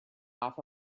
off